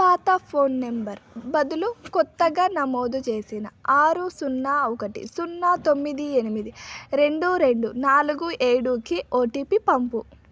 పాత phone number బదులు కొత్తగా నమోదు చేసిన ఆరు సున్నా ఒకటి సున్నా తొమ్మిది ఎనిమిది రెండు రెండు నాలుగు ఏడుకి ఓటీపీ పంపు